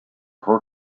her